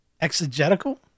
exegetical